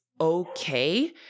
okay